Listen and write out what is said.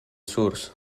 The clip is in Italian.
source